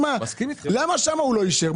למה הוא לא אישר?